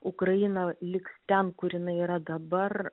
ukraina liks ten kur jinai yra dabar